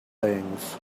things